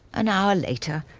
an hour later,